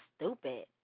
stupid